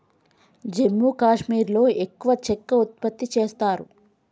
జమ్మూ కాశ్మీర్లో ఎక్కువ చెక్క ఉత్పత్తి చేస్తారు